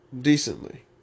decently